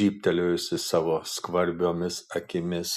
žybtelėjusi savo skvarbiomis akimis